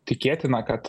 tikėtina kad